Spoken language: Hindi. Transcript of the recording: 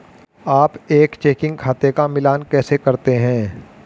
आप एक चेकिंग खाते का मिलान कैसे करते हैं?